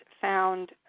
found